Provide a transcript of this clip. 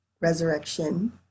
resurrection